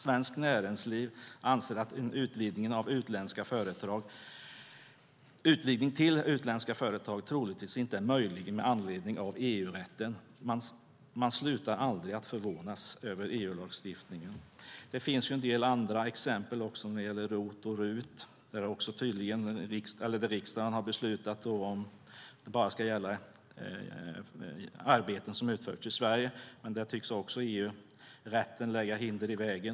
Svenskt Näringsliv anser att en utvidgning till utländska företag troligtvis inte är möjlig med anledning av EU-rätten. Man slutar aldrig att förvånas över EU-lagstiftningen. Det finns ju en del andra exempel också. När det gäller ROT och RUT har riksdagen beslutat att det bara ska gälla arbeten som utförs i Sverige, men också där tycks EU-rätten lägga hinder i vägen.